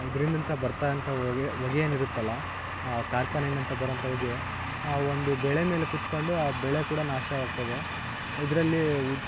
ಇದ್ರಿಂದ ಅಂತ ಬರ್ತ ಅಂಥ ಹೊಗೆ ಹೊಗೆ ಏನು ಇರುತ್ತಲ ಕಾರ್ಖಾನೆಯಿಂದಂತ ಬರೋ ಅಂಥ ಹೊಗೆ ಒಂದು ಬೆಳೆ ಮೇಲೆ ಕೂತ್ಕೊಂಡು ಆ ಬೆಳೆ ಕೂಡ ನಾಶವಾಗ್ತದೆ ಇದರಲ್ಲಿ ಉತ್